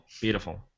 beautiful